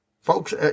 Folks